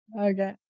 Okay